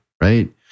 right